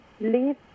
leave